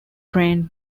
drained